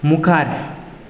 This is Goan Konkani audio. मुखार